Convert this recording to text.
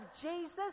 Jesus